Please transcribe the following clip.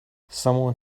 someone